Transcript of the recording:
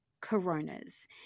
Corona's